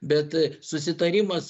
bet susitarimas